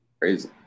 Crazy